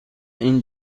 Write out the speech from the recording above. این